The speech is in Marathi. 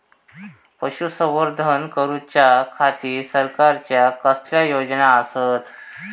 पशुसंवर्धन करूच्या खाती सरकारच्या कसल्या योजना आसत?